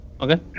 Okay